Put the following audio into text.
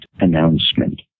announcement